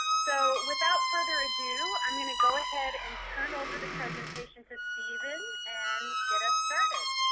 so without further ado, i'm going to go ahead and turn over the presentation to stephen and get us started.